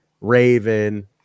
Raven